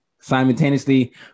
Simultaneously